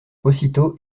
aussitôt